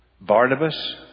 Barnabas